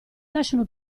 lasciano